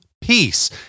Peace